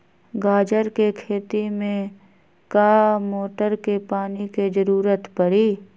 गाजर के खेती में का मोटर के पानी के ज़रूरत परी?